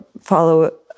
follow